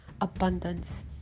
Abundance